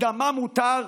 דמם הותר?